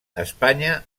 espanya